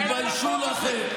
תתביישו לכם.